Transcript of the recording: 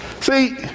See